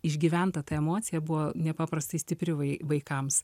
išgyventa ta emocija buvo nepaprastai stipri vaikams